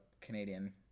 Canadian